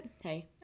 hey